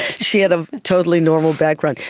she had a totally normal background.